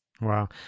Wow